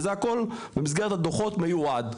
וזה הכול במסגרת הדוחות מיועד.